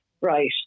Right